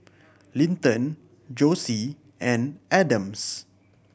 Linton Josie and Adams